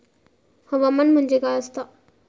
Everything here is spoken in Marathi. हवामान म्हणजे काय असता?